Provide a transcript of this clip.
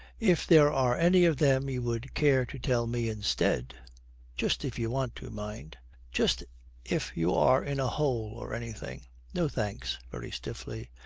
if there are any of them you would care to tell me instead just if you want to, mind just if you are in a hole or anything no thanks very stiffly.